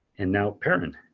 and now parend.